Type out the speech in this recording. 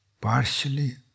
Partially